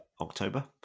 october